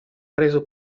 reso